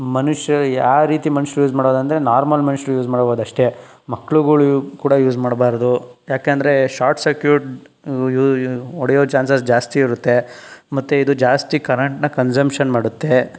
ಮನುಷ್ಯ ಯಾವ ರೀತಿ ಮನುಷ್ಯರು ಯೂಸ್ ಮಾಡೋದು ಅಂದರೆ ನಾರ್ಮಲ್ ಮನುಷ್ಯರು ಯೂಸ್ ಮಾಡ್ಬೋದು ಅಷ್ಟೇ ಮಕ್ಕಳುಗಳು ಕೂಡ ಯೂಸ್ ಮಾಡ್ಬಾರ್ದು ಯಾಕೆಂದ್ರೆ ಶಾರ್ಟ್ ಸರ್ಕ್ಯೂಟ್ ಹೊಡೆವ ಚಾನ್ಸಸ್ ಜಾಸ್ತಿ ಇರುತ್ತೆ ಮತ್ತೆ ಇದು ಜಾಸ್ತಿ ಕರೆಂಟ್ನ ಕನ್ಸಂಪ್ಷನ್ ಮಾಡುತ್ತೆ